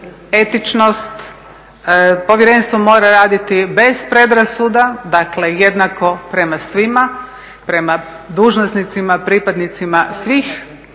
etičnost, povjerenstvo mora raditi bez predrasuda, dakle jednako prema svima, prema dužnosnicima, pripadnicima svih